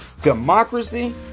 democracy